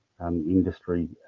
industry